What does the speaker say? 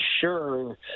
sure